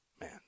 Man